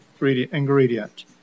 ingredient